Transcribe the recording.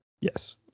Yes